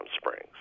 Springs